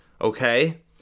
Okay